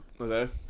Okay